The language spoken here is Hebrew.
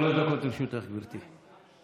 שלוש דקות לרשותך, גברתי.